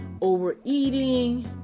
overeating